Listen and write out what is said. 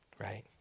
right